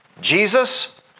Jesus